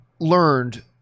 learned